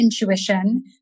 intuition